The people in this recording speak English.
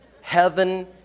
Heaven